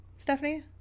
Stephanie